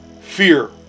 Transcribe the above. fear